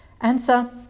Answer